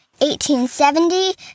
1870